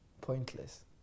Pointless